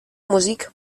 musik